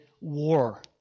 War